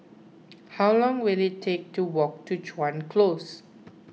how long will it take to walk to Chuan Close